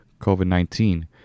COVID-19